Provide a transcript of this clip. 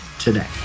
today